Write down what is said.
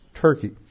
Turkey